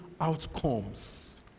outcomes